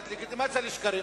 לתת לגיטימציה לשקרים,